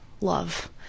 love